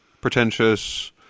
pretentious